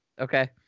Okay